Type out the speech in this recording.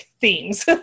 themes